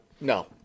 No